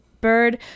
Bird